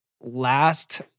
last